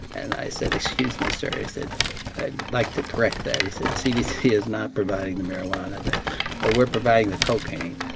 and i said, excuse me, sir. i said, i'd like to correct that. i said, cdc is not providing the marijuana, but we're providing the cocaine